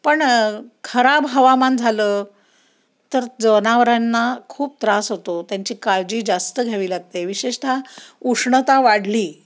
पण खराब हवामान झालं तर जनावरांना खूप त्रास होतो त्यांची काळजी जास्त घ्यावी लागते विशेषतः उष्णता वाढली